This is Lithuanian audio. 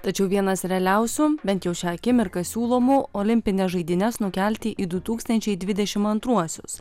tačiau vienas realiausių bent jau šią akimirką siūlomų olimpines žaidynes nukelti į du tūkstančiai dvidešim antruosius